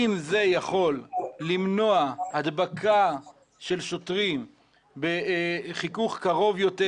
אם זה יכול למנוע הדבקה של שוטרים בחיכוך קרוב יותר